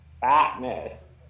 fatness